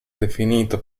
definito